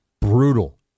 brutal